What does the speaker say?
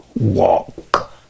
walk